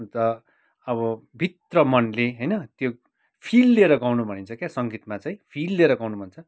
अन्त अब भित्र मनले होइन त्यो फिल लिएर गाउनु भनिन्छ क्या सङ्गीतमा चाहिँ फिल लिएर गाउनु भन्छ